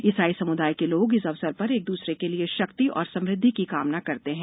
इसाई सम्दाय के लोग इस अवसर पर एक दूसरे के लिए शक्ति और समृद्धि की कामना करते हैं